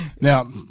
Now